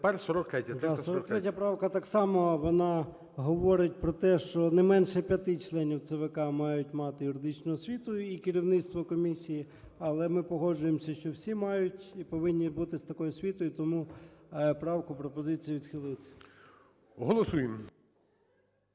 Да, 43 правка. Так само вона говорить про те, що не менше 5 членів ЦВК мають мати юридичну освіту і керівництво комісії, але ми погоджуємося, що всі мають, повинні бути з такою освітою. Тому правку пропозиція відхилити. ГОЛОВУЮЧИЙ.